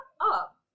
up